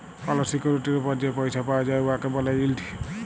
call সিকিউরিটির উপর যে পইসা পাউয়া যায় উয়াকে ব্যলে ইল্ড